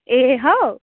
ए हौ